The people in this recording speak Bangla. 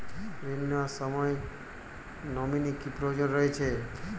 ঋণ নেওয়ার সময় নমিনি কি প্রয়োজন রয়েছে?